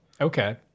okay